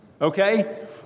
Okay